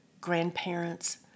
grandparents